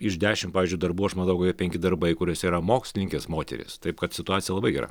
iš dešim pavyzdžiui darbų aš matau kokie penki darbai kuriuose yra mokslininkės moterys taip kad situacija labai gera